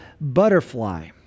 butterfly